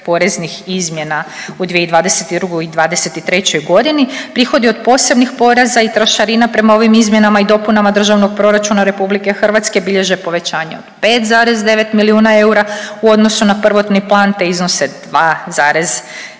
poreznih izmjena u 2022. i 23. godini. Prihodi od posebnih poreza i trošarina prema ovim izmjenama i dopunama Državnog proračuna Republike Hrvatske bilježe povećanje od 5,9 milijuna eura u odnosu na prvotni plan te iznose 2,2